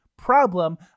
problem